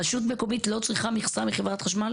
רשות מקומית לא צריכה מכסה מחברת חשמל